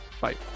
bye